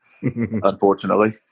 unfortunately